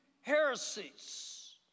heresies